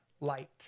light